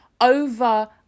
over